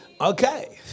Okay